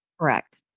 Correct